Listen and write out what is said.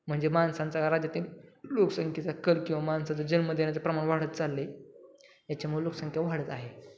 म्हणजे माणसांचा राज्यातील लोकसंख्येचा कल किंवा माणसाचा जन्म देण्याचा प्रमाण वाढत चालले याच्यामुळे लोकसंख्या वाढत आहे